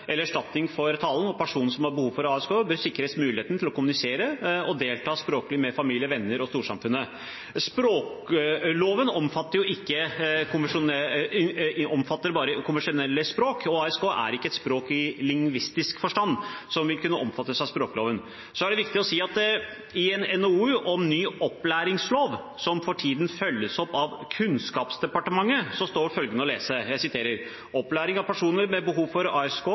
eller erstatning for talen, og personer som har behov for ASK, bør sikres muligheten til å kommunisere og delta språklig med familie, venner og storsamfunnet. Språkloven omfatter bare konvensjonelle språk, og ASK er ikke et språk i lingvistisk forstand og omfattes ikke av språkloven. Så er det viktig å si at i en NOU om ny opplæringslov, som for tiden følges opp av Kunnskapsdepartementet, står følgende å lese: «Opplæring av personer med behov for